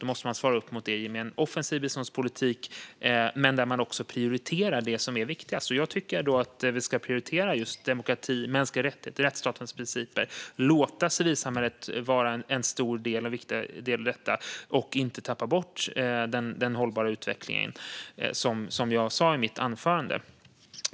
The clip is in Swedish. Då måste man svara med en offensiv biståndspolitik där man också prioriterar det som är viktigast. Jag tycker att vi ska prioritera just demokrati, mänskliga rättigheter och rättsstatens principer och låta civilsamhället vara en stor och viktig del i detta och inte tappa bort den hållbara utvecklingen, som jag sa i mitt anförande.